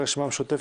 הרשימה המשותפת,